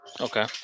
Okay